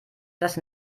das